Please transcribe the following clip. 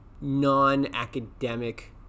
non-academic